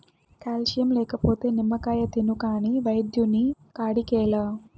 calcium లేకపోతే నిమ్మకాయ తిను కాని వైద్యుని కాడికేలా